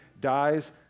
dies